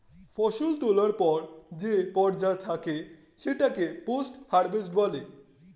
ফসল তোলার পর যে পর্যায় থাকে সেটাকে পোস্ট হারভেস্ট বলে